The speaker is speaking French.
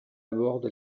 aborde